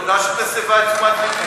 תודה שאת מסבה את תשומת לבי,